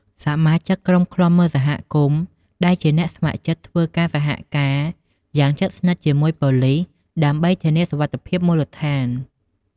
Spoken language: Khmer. សមាជិកក្រុមឃ្លាំមើលសហគមន៍ដែលជាអ្នកស្ម័គ្រចិត្តធ្វើការសហការយ៉ាងជិតស្និទ្ធជាមួយប៉ូលិស ដើម្បីធានាសុវត្ថិភាពមូលដ្ឋាន។